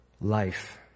Life